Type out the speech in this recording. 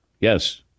Yes